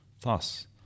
Thus